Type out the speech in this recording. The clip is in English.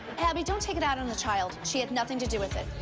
abby, don't take it out on the child. she had nothing to do with it.